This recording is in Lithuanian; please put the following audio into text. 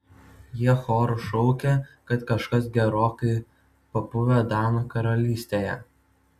jie choru šaukia kad kažkas gerokai papuvę danų karalystėje